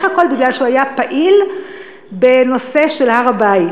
הכול בגלל שהוא היה פעיל בנושא של הר-הבית.